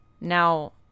Now